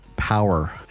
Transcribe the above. Power